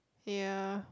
ya